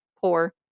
poor